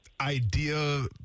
idea